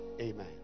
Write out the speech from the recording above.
Amen